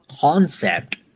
concept